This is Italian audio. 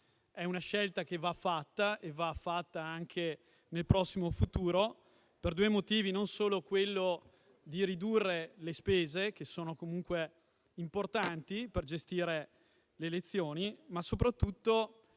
È una scelta che va fatta e va fatta anche nel prossimo futuro per due motivi: non solo per ridurre le spese, che sono comunque importanti per gestire le elezioni, ma soprattutto